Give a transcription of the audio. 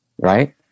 right